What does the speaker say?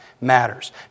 matters